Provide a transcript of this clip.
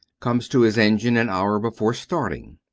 comes to his engine an hour before starting.